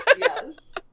Yes